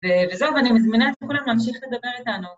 ובזאת אני מזמינה אתכם כולם להמשיך לדבר איתנו.